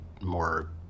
more